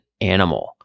animal